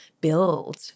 build